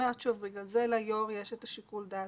בגלל זה ליו"ר יש שיקול הדעת.